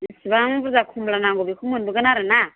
बिसिबां बुर्जा कमला नांगौ बेखौ मोनबोगोन आरोना